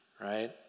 right